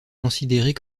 considérée